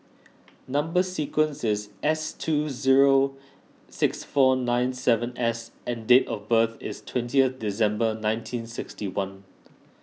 Number Sequence is S two zero six four nine seven S and date of birth is twentieth December nineteen sixty one